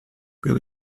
will